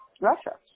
Russia